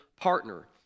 partner